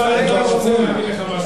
השר ארדן רוצה להגיד לך משהו.